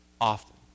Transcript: often